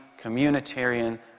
communitarian